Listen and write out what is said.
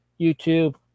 YouTube